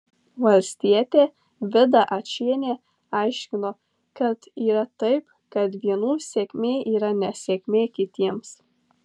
valstietė vida ačienė aiškino kad yra taip kad vienų sėkmė yra nesėkmė kitiems